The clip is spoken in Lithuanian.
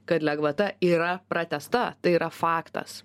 kad lengvata yra pratęsta tai yra faktas